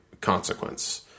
consequence